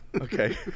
Okay